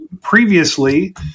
previously